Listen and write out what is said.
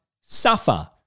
suffer